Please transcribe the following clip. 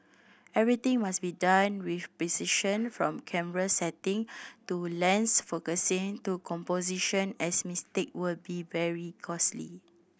everything must be done with precision from camera setting to lens focusing to composition as mistake will be very costly